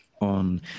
on